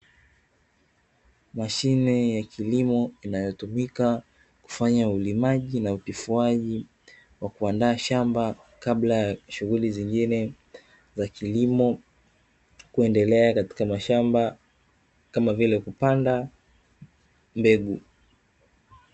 Mashine ya kilimo, inayotumika kufanya ulimaji na utifuaji wa kuandaa shamba kabla ya shughuli zingine za kilimo kuendelea, katika mashamba, kama vile kupanda mbegu.